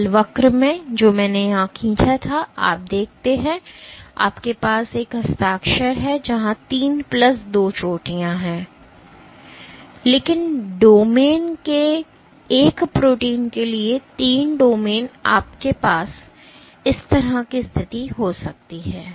इसलिए बल वक्र में जो मैंने यहां खींचा था आप देखते हैं कि आपके पास एक हस्ताक्षर है जहां तीन प्लस दो चोटियां हैं लेकिन डोमेन के एक प्रोटीन के लिए तीन डोमेन आपके पास इस तरह की स्थिति हो सकती है